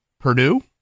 Purdue